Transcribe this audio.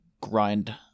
grind